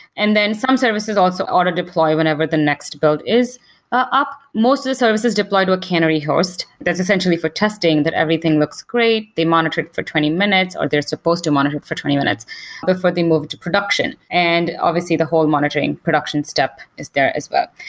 and then some services also auto-deploy whenever the next build it up. most of the services deploy to a canary host. that's essentially for testing that everything looks great, they monitor it for twenty minutes, or they're supposed to monitor it for twenty minutes before they move to production. and obviously, the whole monitoring production step is there as well.